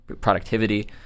productivity